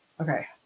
okay